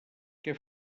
què